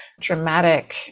dramatic